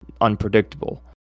unpredictable